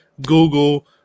Google